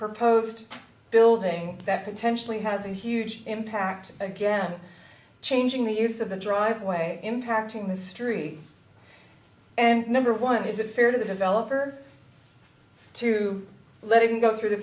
per post building that potentially has a huge impact again changing the use of the driveway impacting history and number one is it fair to the developer to let even go through the